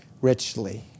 richly